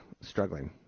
struggling